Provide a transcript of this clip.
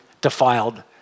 defiled